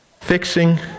fixing